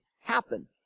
happen